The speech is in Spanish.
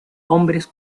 hombres